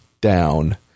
down